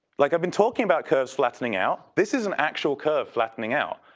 like i've been talking about curves flattening out, this is an actual curve flattening out.